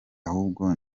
ahubwo